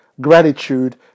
gratitude